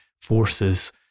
forces